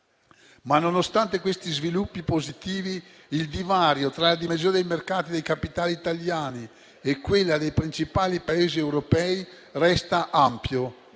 Nonostante questi sviluppi positivi, il divario tra la dimensione dei mercati dei capitali italiani e quella dei principali Paesi europei resta però